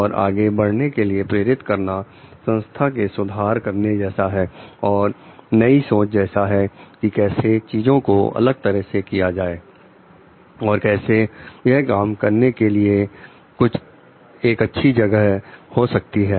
और आगे बढ़ने के लिए प्रेरित करना संस्था में सुधार करने जैसा है और नई सोच जैसा है कि कैसे चीजों को अलग तरह से किया जा सकता है और कैसे यह काम करने के लिए एक अच्छी जगह हो सकती है